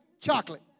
Chocolate